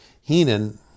Heenan